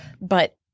But-